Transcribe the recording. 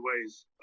ways